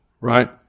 right